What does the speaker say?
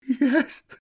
Yes